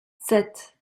sept